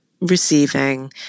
receiving